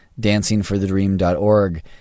dancingforthedream.org